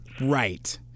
Right